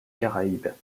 caraïbes